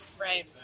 Right